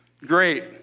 Great